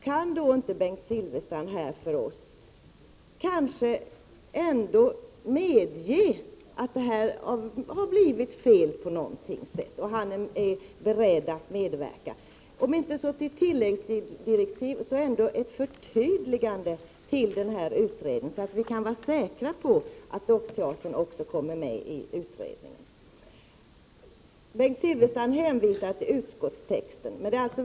Kan inte Bengt Silfverstrand här för oss medge att det har blivit fel på något sätt och att han är beredd att medverka, om inte till tilläggsdirektiv så i varje fall till ett förtydligande för utredningen så att vi kan vara säkra på att dockteatern kommer med i utredningen? Bengt Silfverstrand hänvisar till utskottstexten.